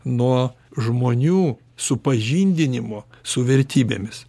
nuo žmonių supažindinimo su vertybėmis